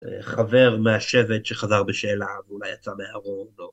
חבר מהשבט שחזר בשאלה, ואולי יצא מהארון, או לא.